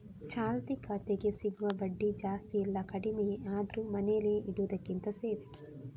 ಚಾಲ್ತಿ ಖಾತೆಗೆ ಸಿಗುವ ಬಡ್ಡಿ ಜಾಸ್ತಿ ಇಲ್ಲ ಕಡಿಮೆಯೇ ಆದ್ರೂ ಮನೇಲಿ ಇಡುದಕ್ಕಿಂತ ಸೇಫ್